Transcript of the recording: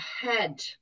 head